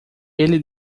ele